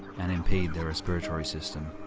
and impede their respiratory system.